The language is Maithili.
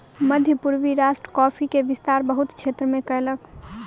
मध्य पूर्वी राष्ट्र कॉफ़ी के विस्तार बहुत क्षेत्र में कयलक